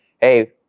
hey